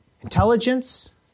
intelligence